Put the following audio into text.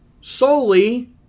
solely